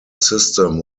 system